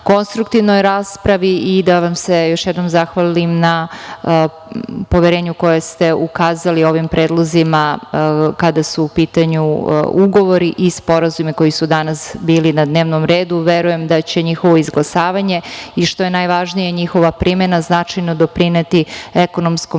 konstruktivnoj raspravi i da vam se još jednom zahvalim na poverenju koje ste ukazali ovim predlozima kada su u pitanju ugovori i sporazumi koji su danas bili na dnevnom redu. Verujem da će njihovo izglasavanje, i što je najvažnije, njihova primena, značajno doprineti ekonomskom